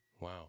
wow